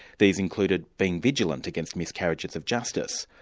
these included being vigilant against miscarriages of justice,